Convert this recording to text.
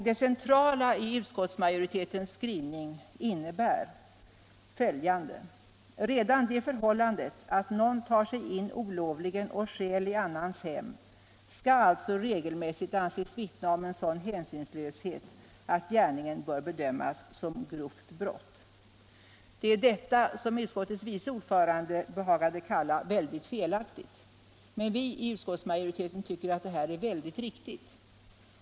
Det centrala i utskottsmajoritetens skrivning innebär följande. Redan det att någon olovligen tar sig in i och stjäl i annans hem skall regelmässigt anses vittna om en sådan hänsynslöshet att gärningen bör bedömas som grovt brott. Detta har utskottets vice ordförande behagat kalla för felaktigt, men vi i utskottsmajoriteten tycker att det är alldeles riktigt.